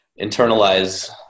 internalize